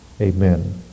amen